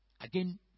Again